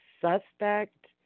suspect